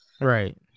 Right